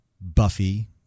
Buffy